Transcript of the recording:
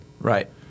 Right